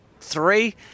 three